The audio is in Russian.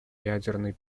ядерной